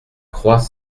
croix